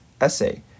essay